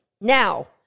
Now